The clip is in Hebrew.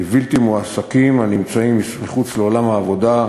לבלתי-מועסקים הנמצאים מחוץ לעולם העבודה,